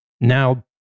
Now